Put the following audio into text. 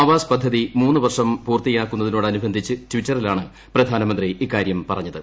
ആവാസ് പദ്ധതി മൂന്നു വർഷം പൂർത്തിയാക്കുന്നതിനോടനുബന്ധിച്ച് ടീറ്ററിലാണ് പ്രധാനമന്ത്രി ഇക്കാര്യം പറഞ്ഞത്